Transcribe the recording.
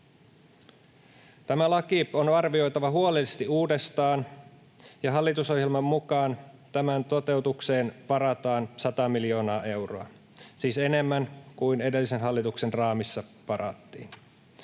Tämä laki on arvioitava huolellisesti uudestaan, ja hallitusohjelman mukaan tämän toteutukseen varataan sata miljoonaa euroa, siis enemmän kuin edellisen hallituksen raamissa varattiin.